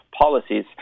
policies